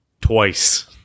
twice